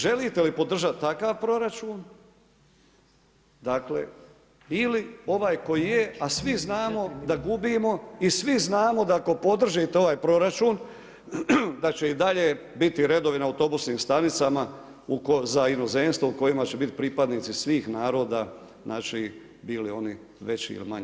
Želite li podržati takav proračun, dakle, ili ovaj koji je ovaj a svi znamo da gubimo i svi znamo da ako podržite ovaj proračun, da će i dalje biti redovi na autobusnim stanicama za inozemstvo u kojima će biti pripadnici svih naroda, znači bili oni manji ili veći u Hrvatskoj.